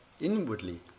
inwardly